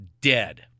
Dead